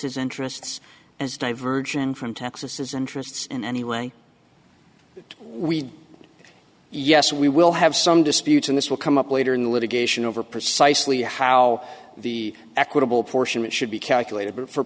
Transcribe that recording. as interests as diversion from texas is interests in any way that we yes we will have some disputes and this will come up later in the litigation over precisely how the equitable portion it should be calculated but for